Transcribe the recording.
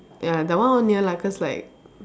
ya that one only lah cause like